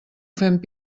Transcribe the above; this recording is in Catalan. fent